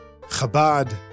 Chabad